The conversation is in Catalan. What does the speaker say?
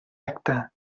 acte